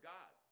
God